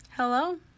Hello